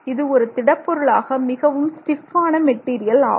இது ஒரு திடப்பொருளாக மிகவும் ஸ்டிப் ஆன மெட்டீரியல் ஆகும்